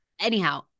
Anyhow